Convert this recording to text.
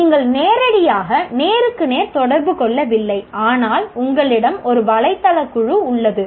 நீங்கள் நேரடியாக நேருக்கு நேர் தொடர்பு கொள்ளவில்லை ஆனால் உங்களிடம் ஒரு வலைதள குழு உள்ளது